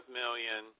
million